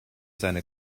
seine